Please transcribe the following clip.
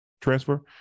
transfer